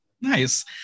nice